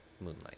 Moonlight